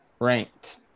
ranked